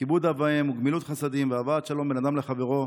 כיבוד אב ואם וגמילות חסדים והבאת שלום בין אדם לחברו,